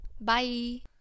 Bye